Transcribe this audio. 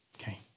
Okay